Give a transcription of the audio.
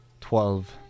twelve